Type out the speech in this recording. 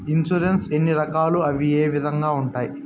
insurance ఎన్ని రకాలు అవి ఏ విధంగా ఉండాయి